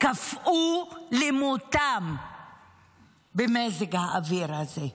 קפאו למוות במזג האוויר הזה.